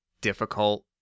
difficult